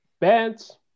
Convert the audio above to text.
bands